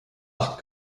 acht